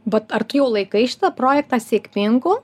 bet ar tu jau laikai šitą projektą sėkmingu